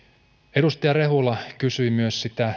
edustaja rehula kysyi myös sitä